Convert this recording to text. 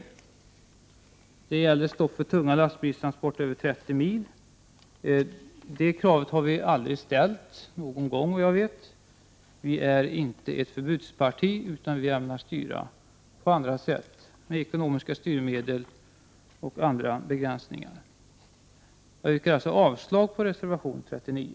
Reservationen gäller frågan om stopp för tunga lastbilstransporter över 30 mil. Såvitt jag vet har vi aldrig någon gång ställt detta krav. Vi är inte ett förbudsparti, utan vi ämnar styra på andra sätt, t.ex. genom ekonomiska styrmedel och andra begränsningar. Jag yrkar alltså avslag på reservation 39.